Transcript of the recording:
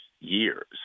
years